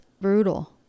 brutal